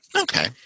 Okay